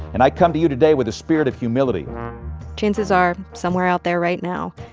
and i come to you today with a spirit of humility chances are, somewhere out there right now,